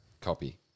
copy